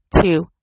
two